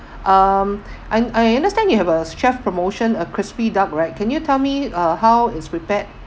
um I I understand you have a chef promotion uh crispy duck right can you tell me uh how it's prepared